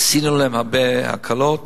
עשינו להם הרבה הקלות